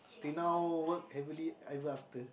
till now work happily ever after